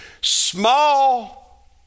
small